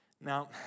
Now